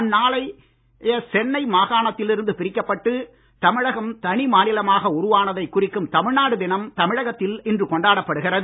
அந்நாளைய சென்னை மாகாணத்தில் இருந்து பிரிக்கப்பட்டு தமிழகம் தனி மாநிலமாக உருவானதை குறிக்கும் தமிழ்நாடு தினம் தமிழகத்தில் இன்று கொண்டாடப்படுகிறது